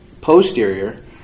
posterior